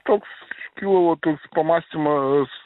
toks kilo toks pamąstymas